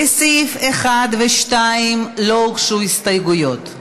לסעיפים 1 ו-2 לא הוגשו הסתייגויות,